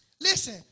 Listen